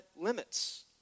limits